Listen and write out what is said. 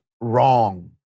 wrong